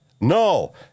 No